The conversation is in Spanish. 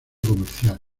comercial